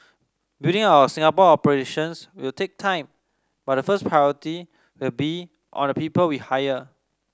building our Singapore operations will take time but the first priority will be on the people we hire